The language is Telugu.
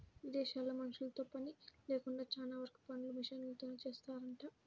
ఇదేశాల్లో మనుషులతో పని లేకుండా చానా వరకు పనులు మిషనరీలతోనే జేత్తారంట